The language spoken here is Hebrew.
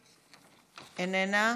איננה,